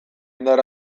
indar